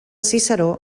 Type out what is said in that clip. ciceró